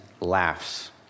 laughs